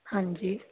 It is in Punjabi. ਹਾਂਜੀ